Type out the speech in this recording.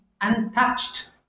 untouched